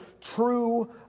true